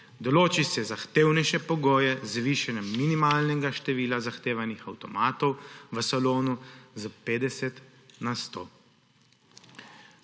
določi se zahtevnejše pogoje z višanjem minimalnega števila zahtevanih avtomatov v salonu s 50 na 100;